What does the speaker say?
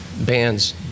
bands